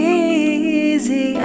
easy